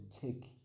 take